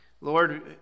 Lord